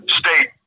state